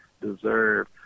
deserve